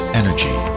energy